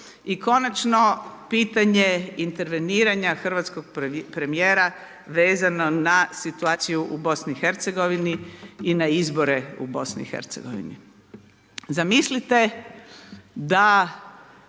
I konačno pitanje interveniranja hrvatskog premijera vezano na situaciju u BiH i na izbore u BiH. Zamislite da